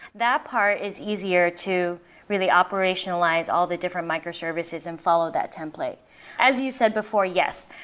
that part is easier to really operationalize all the different microservices and follow that template as you said before, yes,